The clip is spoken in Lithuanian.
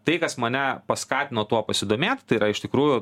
tai kas mane paskatino tuo pasidomėt tai yra iš tikrųjų